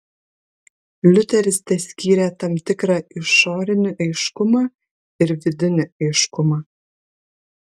liuteris teskyrė tam tikrą išorinį aiškumą ir vidinį aiškumą